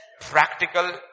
practical